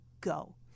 go